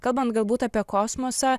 kalbant galbūt apie kosmosą